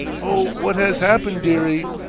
oh, what has happened, dearie?